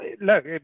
Look